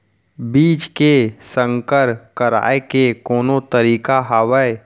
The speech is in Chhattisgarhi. बीज के संकर कराय के कोनो तरीका हावय?